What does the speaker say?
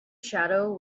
shadow